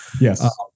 Yes